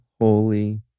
holy